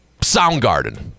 Soundgarden